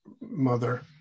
mother